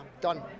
done